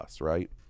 right